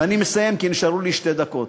ואני מסיים, כי נשארו לי שתי דקות,